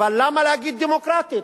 אבל למה להגיד דמוקרטית?